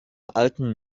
alten